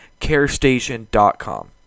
carestation.com